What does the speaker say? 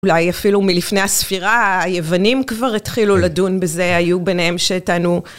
אולי אפילו מלפני הספירה, היוונים כבר התחילו לדון בזה, היו ביניהם שטענו.